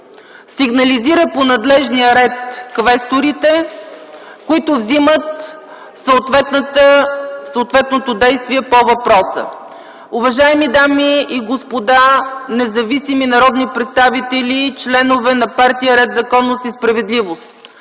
сигнализира по надлежния ред квесторите, които вземат съответното действие по въпроса. Уважаеми дами и господа независими народни представители и членове на Партия „Ред, законност и справедливост”,